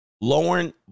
Lauren